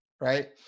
Right